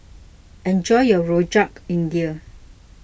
enjoy your Rojak India